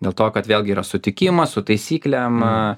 dėl to kad vėlgi yra sutikimas su taisyklėm